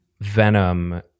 Venom